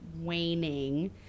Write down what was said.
waning